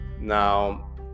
Now